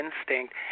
instinct